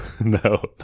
No